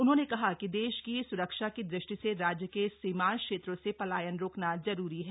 उन्होंने कहा कि देश की सुरक्षा की दृष्टि से राज्य के सीमान्त क्षेत्रों से पलायन रोकना जरूरी है